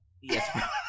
Yes